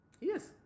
yes